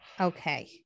okay